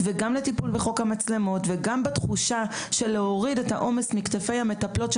גם לטיפול בחוק המצלמות וגם בלהוריד את תחושת העומס מכתפי המטפלות,